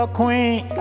queen